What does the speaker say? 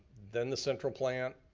then the central plant,